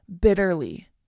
bitterly